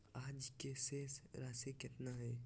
आज के शेष राशि केतना हइ?